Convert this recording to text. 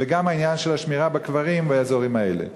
וגם העניין של השמירה בקברים באזורים האלה.